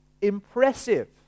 impressive